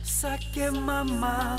sakė mama